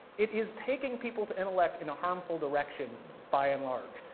it is taking people's intellect in a harmful direction by and large,